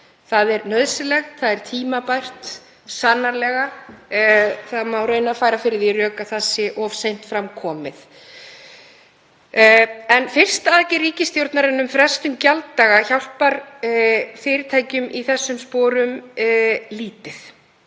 Það er nauðsynlegt. Það er tímabært sannarlega. Það má raunar færa fyrir því rök að það sé of seint fram komið. En fyrsta aðgerð ríkisstjórnarinnar um frestun gjalddaga hjálpar fyrirtækjum í þessum sporum lítið,